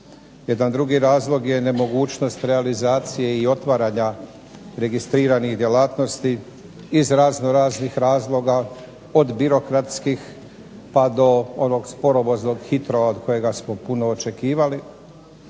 Jedan drugi razlog je nemogućnost realizacije i otvaranja registriranih djelatnosti iz razno raznih razloga od birokratskih pa do onog sporovoznog HITROA od kojeg smo puno očekivali.